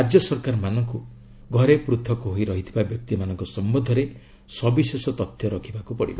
ରାଜ୍ୟ ସରକାରମାନଙ୍କୁ ଘରେ ପୃଥକ ହୋଇ ରହିଥିବା ବ୍ୟକ୍ତିମାନଙ୍କ ସମ୍ବନ୍ଧରେ ସବିଶେଷ ତଥ୍ୟ ରଖିବାକୁ ହେବ